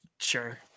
Sure